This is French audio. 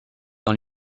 dans